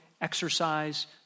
exercise